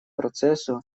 процессу